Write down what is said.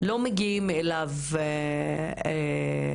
לא מגיעים אליו בכובד